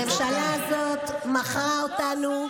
הממשלה הזאת מכרה אותנו.